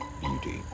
beauty